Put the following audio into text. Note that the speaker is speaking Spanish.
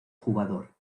jugador